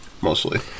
mostly